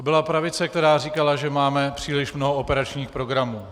To byla pravice, která říkala, že máme příliš mnoho operačních programů.